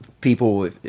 people